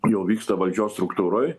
jau vyksta valdžios struktūroj